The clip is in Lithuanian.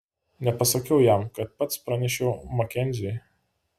nepasakiau jam kad pats pranešiau makenziui